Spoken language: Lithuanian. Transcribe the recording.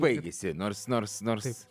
baigėsi nors nors nors